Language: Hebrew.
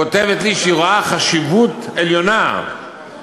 כותבת לי שהיא רואה חשיבות עליונה והכרחית